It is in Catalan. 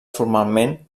formalment